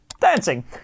dancing